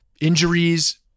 injuries